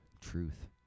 Truth